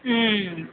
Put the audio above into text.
ওম